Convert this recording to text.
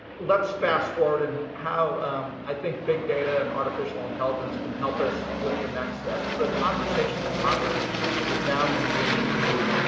let's fast-forward and how i think big data and artificial intelligence can help us with the next steps. the conversation in congress is now moving to,